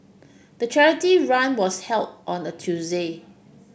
the charity run was held on a Tuesday